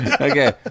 Okay